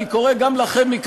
אני קורא מכאן גם לכם,